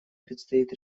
предстоит